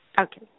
Okay